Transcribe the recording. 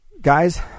Guys